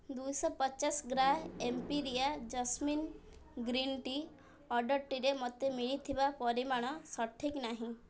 ଦୁଇଶହ ପଚାଶ ଗ୍ରା ଏମ୍ପିରିଆ ଜସ୍ମିନ୍ ଗ୍ରୀନ୍ ଟି ଅର୍ଡ଼ର୍ଟିରେ ମୋତେ ମିଳିଥିବା ପରିମାଣ ସଠିକ୍ ନାହିଁ